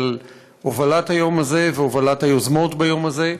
על הובלת היום הזה והובלת היוזמות ביום הזה.